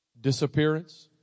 Disappearance